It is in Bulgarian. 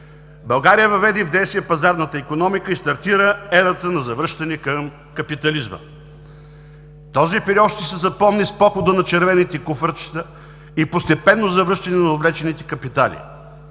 България въведе в действие пазарната икономика и стартира ерата на завръщане към капитализма. Този период ще се запомни с похода на „червените куфарчета“ и постепенно завръщане на „отвлечените капитали“.